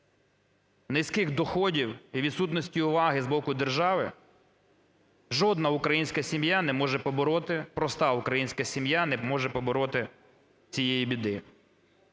низьких доходів і відсутності уваги з боку держави жодна українська сім'я не може побороти,